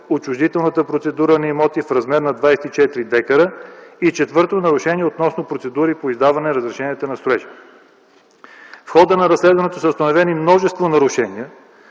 отчуждителната процедура на имоти в размер на 24 дка. И четвърто, нарушения относно процедури по издаване на разрешения за строежа. В хода на разследването са установени множество нарушения